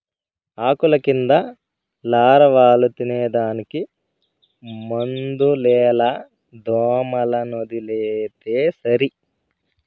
ఆకుల కింద లారవాలు తినేదానికి మందులేల దోమలనొదిలితే సరి